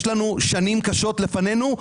יש שנים קשות לפנינו,